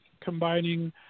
combining